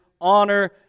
honor